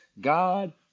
God